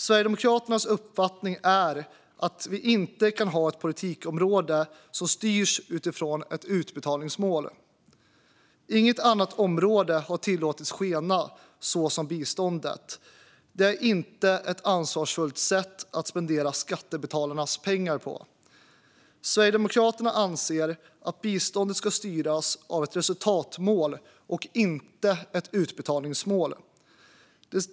Sverigedemokraternas uppfattning är att vi inte kan ha ett politikområde som styrs utifrån ett utbetalningsmål. Inget annat område har tillåtits skena som biståndet. Det är inte ett ansvarsfullt sätt att spendera skattebetalarnas pengar. Sverigedemokraterna anser att biståndet ska styras av ett resultatmål och inte av ett utbetalningsmål.